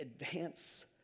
advance